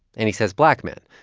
and he says black man,